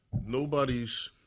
nobody's